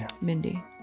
Mindy